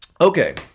Okay